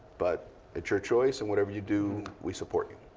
but it's your choice, and whatever you do, we support you.